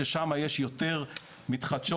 ששם יש יותר מתחדשות,